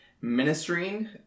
ministering